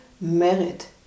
merit